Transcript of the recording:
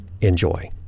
Enjoy